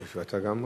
אתה גם?